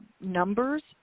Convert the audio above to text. numbers